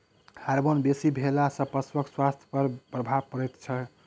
Hormone बेसी भेला सॅ पशुक स्वास्थ्य पर की प्रभाव पड़ैत छै?